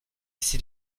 ici